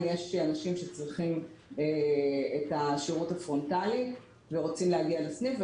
יש אנשים שצריכים את השירות הפרונטלי ורוצים להגיע לסניף,